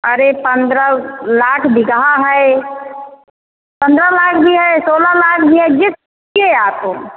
अरे पन्द्रह लाख बीघा है पन्द्रह लाख भी है सोलह लाख भी है जिस आपको